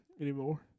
anymore